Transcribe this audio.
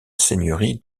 seigneurie